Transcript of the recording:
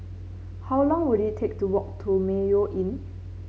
how long will it take to walk to Mayo Inn